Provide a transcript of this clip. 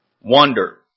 wonder